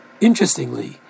interestingly